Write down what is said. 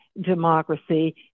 democracy